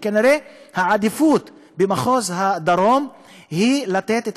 כנראה העדיפות במחוז הדרום היא לתת את